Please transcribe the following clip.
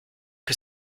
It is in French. que